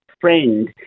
friend